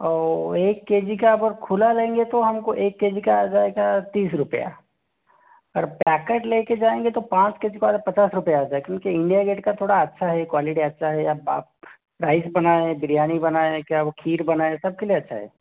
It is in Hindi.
और एक के जी का खुला लेंगे तो हम को एक के जी का आ जाएगा तीस रुपये और पैकेट ले के जाएंगे तो पाँच के जी को आ जा पचास रुपये आता है क्योंकि इंडिया गेट का थोड़ा अच्छा है क्वालिटी अच्छा है अब आप राइस बनाएं बिरयानी बनाएं क्या वो खीर बनाएं सब के लिए अच्छा है